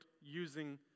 using